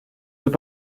deux